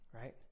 right